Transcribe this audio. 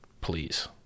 Please